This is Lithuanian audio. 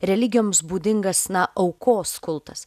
religijoms būdingas na aukos kultas